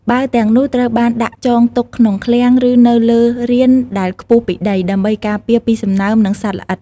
បាវទាំងនេះត្រូវបានដាក់ចង់ទុកក្នុងឃ្លាំង ឬនៅលើរានដែលខ្ពស់ពីដី ដើម្បីការពារពីសំណើម និងសត្វល្អិត។